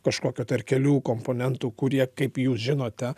kažkokio tai ar kelių komponentų kurie kaip jūs žinote